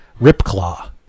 Ripclaw